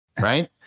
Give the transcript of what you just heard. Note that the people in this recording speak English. right